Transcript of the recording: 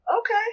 okay